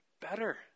better